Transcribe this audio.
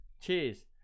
cheers